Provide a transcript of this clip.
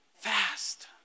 fast